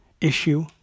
issue